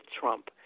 Trump